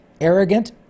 arrogant